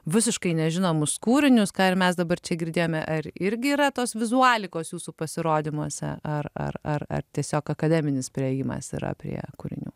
visiškai nežinomus kūrinius ką ir mes dabar čia girdėjome ar irgi yra tos vizualios jūsų pasirodymuose ar ar ar tiesiog akademinis priėjimas yra prie kūrinių